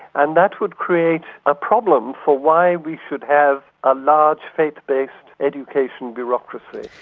and that would create a problem for why we should have a large faith-based education bureaucracy.